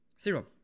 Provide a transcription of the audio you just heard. Zero